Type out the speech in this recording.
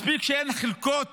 מספיק שאין חלקות